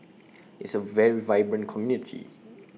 is A very vibrant community